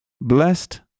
blessed